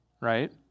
right